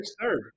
third